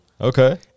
okay